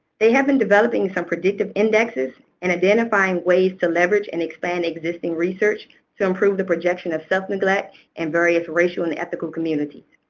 they have been developing some predictive indexes and identifying ways to leverage and expand existing research to improve the projection of self-neglect in and various racial and ethical communities.